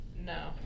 no